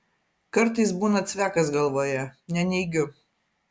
kartais būna cvekas galvoje neneigiu